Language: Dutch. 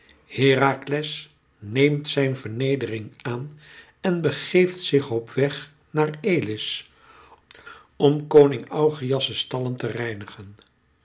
herakles neemt zijn vernedering aan en begeeft zich op weg naar elis om koning augeias stallen te reinigen